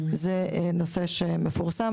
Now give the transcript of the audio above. זה נושא שמפורסם.